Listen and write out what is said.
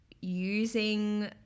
using